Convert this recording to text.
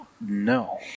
No